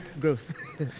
growth